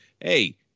Hey